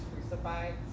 crucified